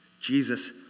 Jesus